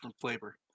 flavor